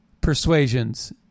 persuasions